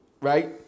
right